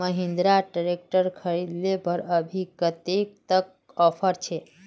Mahindra tractor खरीद ले पर अभी कतेक तक ऑफर छे?